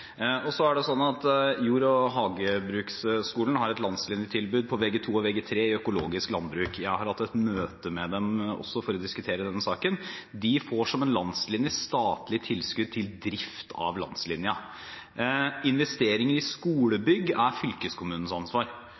er slik at Sogn Jord- og Hagebruksskule har et landslinjetilbud på Vg2 og Vg3 i økologisk landbruk. Jeg har hatt et møte med dem også for å diskutere denne saken. De får, som en landslinje, statlig tilskudd til drift av landslinjen. Investeringer i skolebygg er fylkeskommunens ansvar,